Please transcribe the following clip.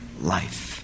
life